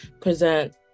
present